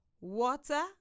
water